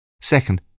Second